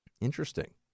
Interesting